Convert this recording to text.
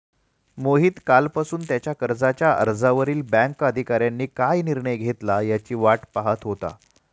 मोहित कालपासून त्याच्या कर्जाच्या अर्जावर बँक अधिकाऱ्यांनी काय निर्णय घेतला याची वाट पाहत होता